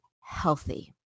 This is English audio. healthy